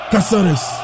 Casares